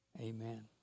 Amen